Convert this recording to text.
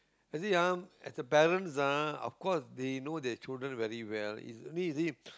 you see ah as a parents ah of course they know their children very well is only see